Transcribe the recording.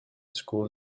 school